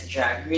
Drag